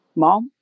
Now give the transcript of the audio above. mom